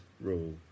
rule